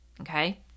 okay